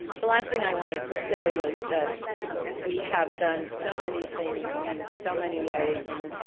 the last thing i wanted to say was that we have done so many things in so many ways and,